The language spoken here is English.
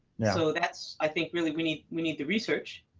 so that's, i think, really we need we need the research.